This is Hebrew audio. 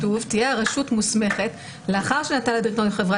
תהיה הרשות מוסמכת לאחר שנתנה לדירקטוריון החברה